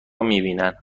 میبینن